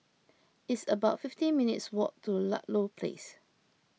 it's about fifty minutes' walk to Ludlow Place